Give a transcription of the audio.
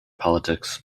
politics